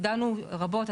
דנו רבות,